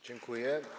Dziękuję.